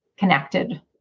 connected